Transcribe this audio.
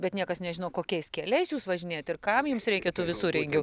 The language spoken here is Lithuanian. bet niekas nežino kokiais keliais jūs važinėjat ir kam jums reikia tų visureigių